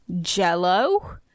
jello